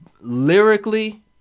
Lyrically